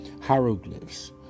hieroglyphs